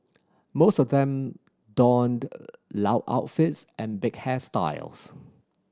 most of them donned loud outfits and big hairstyles